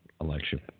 election